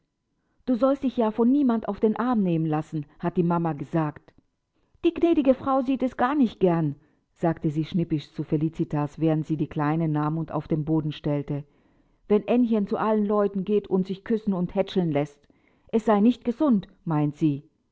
du sollst dich ja von niemand auf den arm nehmen lassen hat die mama gesagt die gnädige frau sieht es gar nicht gern sagte sie schnippisch zu felicitas während sie die kleine nahm und auf den boden stellte wenn aennchen zu allen leuten geht und sich küssen und hätscheln läßt es sei nicht gesund meint sie